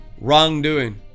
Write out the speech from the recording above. wrongdoing